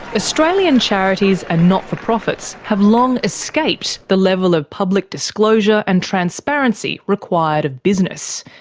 australian charities and not-for-profits have long escaped the level of public disclosure and transparency required of business.